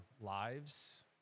lives